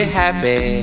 happy